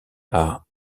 are